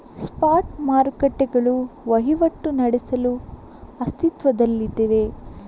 spot ಮಾರುಕಟ್ಟೆಗಳು ವಹಿವಾಟು ನಡೆಸಲು ಅಸ್ತಿತ್ವದಲ್ಲಿವೆ